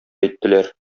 әйттеләр